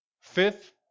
Fifth